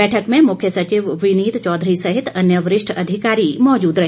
बैठक में मुख्य सचिव विनित चौधरी सहित अन्य वरिष्ठ अधिकारी मौजूद रहे